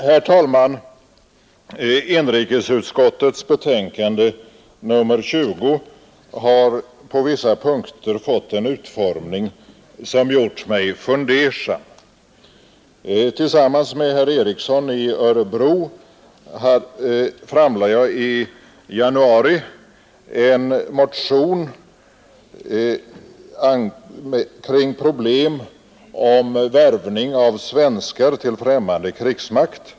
Herr talman! Inrikesutskottets betänkande nr 20 har på vissa punkter fått en utformning som gjort mig fundersam. Tillsammans med herr Ericson i Örebro väckte jag i januari en motion rörande problem i samband med värvning av svenskar till främmande krigsmakt.